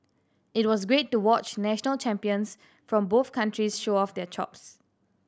it was great to watch national champions from both countries show off their chops